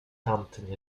tamten